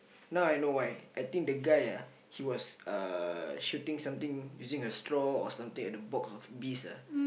now I know why I think the guy ah he was uh shooting something using a straw or something at the box of bees ah